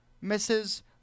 misses